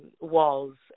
walls